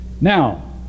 Now